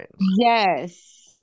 Yes